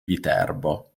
viterbo